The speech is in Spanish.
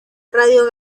radio